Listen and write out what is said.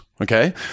Okay